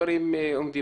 והדברים לא זזים שם.